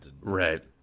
Right